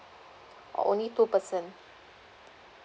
oh only two person